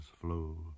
flow